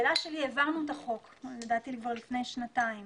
העברנו את החוק לדעתי כבר לפני שנתיים